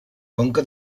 conca